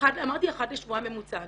אחת לשבועיים בממוצע.